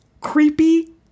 creepy